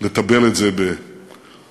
לתבל את זה בהומור